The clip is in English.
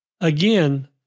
Again